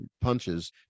punches